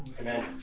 Amen